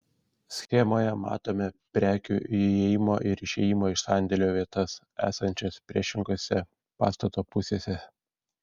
schemoje matome prekių įėjimo ir išėjimo iš sandėlio vietas esančias priešingose pastato pusėse